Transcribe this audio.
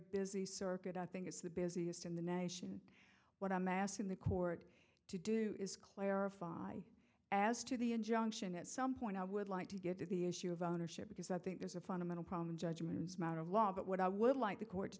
busy circuit i think is the busiest in the nation what i'm asking the court to do is clarify as to the injunction at some point i would like to get to the issue of ownership because i think there's a fundamental problem in judgment as matter of law but what i would like the court to